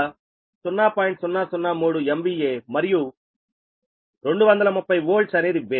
003 MVA మరియు 230 V అనేది base